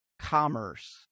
commerce